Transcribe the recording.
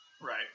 Right